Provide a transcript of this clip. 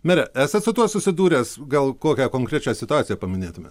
mere esat su tuo susidūręs gal kokią konkrečią situaciją paminėtumėt